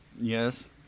Yes